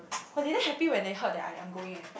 oh they damn happy when they heard that I'm going eh